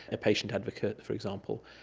a patient advocate for example.